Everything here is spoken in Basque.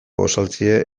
gosaltzea